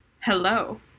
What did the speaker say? Hello